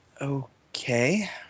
Okay